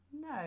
No